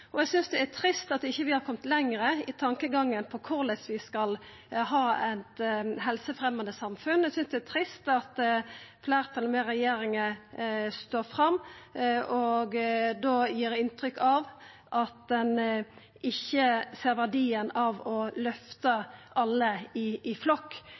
framtida. Eg synest det er trist at vi ikkje har kome lenger i tankegangen på korleis vi skal ha eit helsefremjande samfunn. Eg synest det er trist at fleirtalet, med regjeringa, står fram og gir inntrykk av at ein ikkje ser verdien av å løfta alle i flokk,